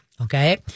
okay